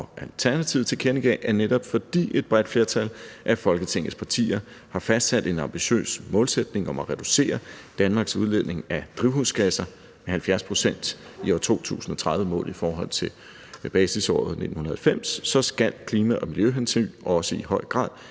Alternativet, tilkendegav, at netop fordi et bredt flertal af Folketingets partier har fastsat en ambitiøs målsætning om at reducere Danmarks udledning af drivhusgasser med 70 pct. i 2030 målt i forhold til basisåret 1990, skal klima- og miljøhensyn også i høj grad